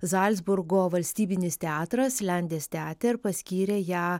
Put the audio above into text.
zalcburgo valstybinis teatras landestheater paskyrė ją